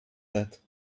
that